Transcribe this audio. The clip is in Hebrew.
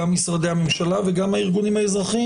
גם משרדי הממשלה וגם הארגונים האזרחיים